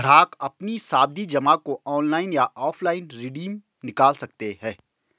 ग्राहक अपनी सावधि जमा को ऑनलाइन या ऑफलाइन रिडीम निकाल सकते है